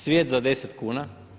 Cvijet za 10 kuna.